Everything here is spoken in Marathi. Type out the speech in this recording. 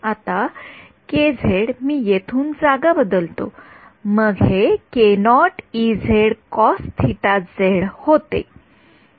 आता मी येथून जागा बदलतो मग हे होते आणि ते होते